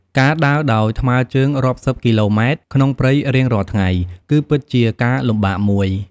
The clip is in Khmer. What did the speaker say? ការដើរដោយថ្មើរជើងរាប់សិបគីឡូម៉ែត្រក្នុងព្រៃរៀងរាល់ថ្ងៃ គឺពិតជាការលំបាកមួយ។